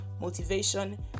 motivation